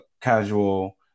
casual